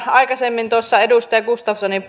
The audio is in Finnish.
aikaisemmin edustaja gustafssonin